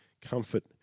Comfort